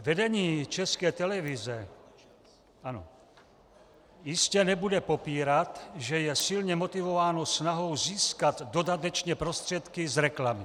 Vedení České televize jistě nebude popírat, že je silně motivováno snahou získat dodatečně prostředky z reklamy.